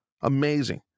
amazing